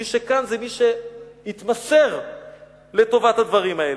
מי שכאן זה מי שהתמסר לטובת הדברים האלה.